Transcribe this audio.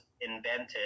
invented